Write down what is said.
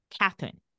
Catherine